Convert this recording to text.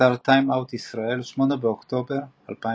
באתר "Time Out ישראל", 8 באוקטובר 2017